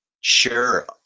Sure